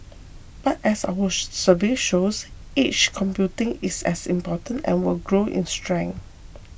but as our survey shows edge computing is as important and will grow in strength